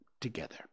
together